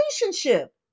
relationship